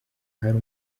hari